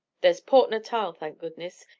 there's port natal, thank goodness,